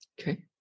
Okay